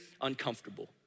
uncomfortable